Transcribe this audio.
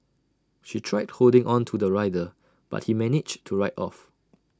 she tried holding on to the rider but he managed to ride off